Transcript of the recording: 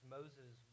Moses